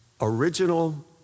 original